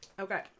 okay